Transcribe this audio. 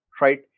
right